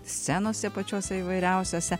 scenose pačiose įvairiausiose